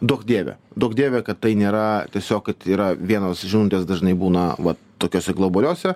duok dieve duok dieve kad tai nėra tiesiog kad yra vienos žinutės dažnai būna vat tokiose globaliose